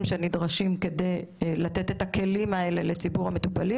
שנדרשים כדי לתת את הכלים האלה לציבור המטופלים.